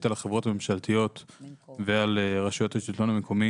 על החברות הממשלתיות ועל רשויות השלטון המקומי